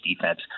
defense